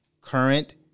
current